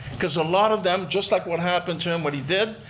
cause a lot of them, just like what happened to him, what he did,